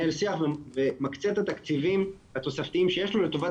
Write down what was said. מנהל שיח ומקצה את התקציבים התוספתיים שיש לו לטובת